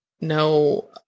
no –